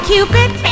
Cupid